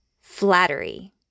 flattery